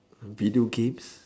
video games